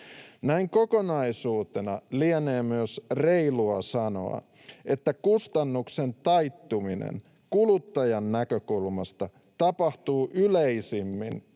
Näin kokonaisuutena lienee myös reilua sanoa, että kustannuksen taittuminen kuluttajan näkökulmasta tapahtuu yleisimmin